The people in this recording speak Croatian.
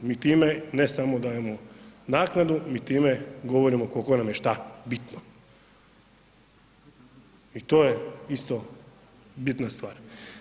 Mi time ne samo dajemo naknadu, mi time govorimo koliko nam je što bitno i to je isto bitna stvar.